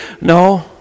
No